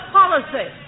policy